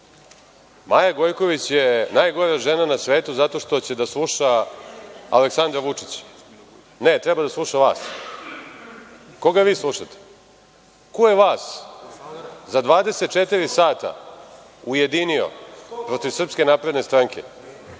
Maja Gojković je najgora žena na svetu zato što će da sluša Aleksandra Vučića. Ne, treba da sluša vas. Koga vi slušate? Ko je vas za 24 sata ujedinio protiv SNS i vas velike